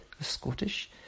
Scottish